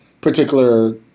particular